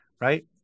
Right